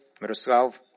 Miroslav